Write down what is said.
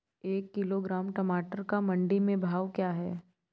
एक किलोग्राम टमाटर का मंडी में भाव क्या है?